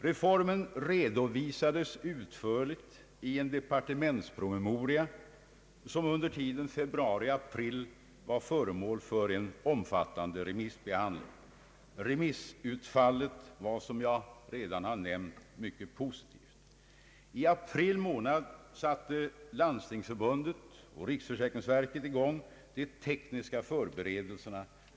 Reformen redovisades utförligt i en departementsprome moria som under tiden februari—april var föremål för en omfattande remissbehandling. Remissutfallet var, som jag redan har nämnt, mycket positivt. I april månad satte Landstingsförbundet och riksförsäkringsverket i gång med de tekniska förberedelserna.